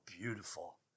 beautiful